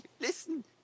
listen